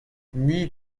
mui